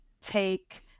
take